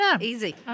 Easy